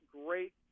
great